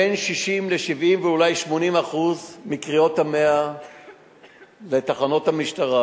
בין 60% ל-70% ואולי 80% מקריאות ה-100 לתחנות המשטרה,